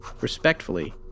Respectfully